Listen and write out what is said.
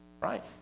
right